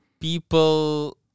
People